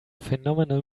phenomenal